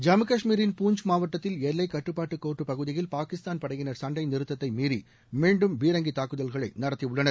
ஜம்மு காஷ்மீரின் பூஞ்ச் மாவட்டத்தில் எல்லைக்கட்டுப்பாட்டுக்கோட்டு பகுதியில் பாகிஸ்தான் படையினர் சண்டை நிறுத்தத்தை மீறி மீண்டும் பீரங்கி தாக்குதல்களை நடத்தியுள்ளனர்